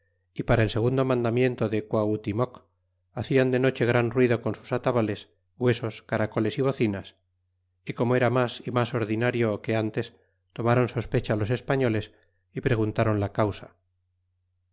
y para el segundo mandamiento e de quahutimoc hacian de noche gran ruido con sus atabales e huesos caracoles y bocinas é corno era mas y mas ordinario e que ntes tomron sospecha los españoles é preguntron la causa